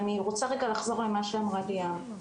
אני רוצה לחזור על מה שאמרה ליאם.